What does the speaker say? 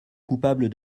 coupable